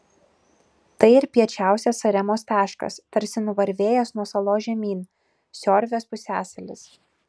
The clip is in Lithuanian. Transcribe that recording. tai ir piečiausias saremos taškas tarsi nuvarvėjęs nuo salos žemyn siorvės pusiasalis